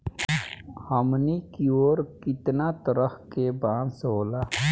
हमनी कियोर कितना तरह के बांस होला